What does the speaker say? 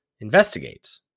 investigate